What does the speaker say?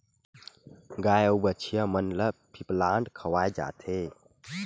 गाय अउ बछिया मन ल फीप्लांट खवाए जाथे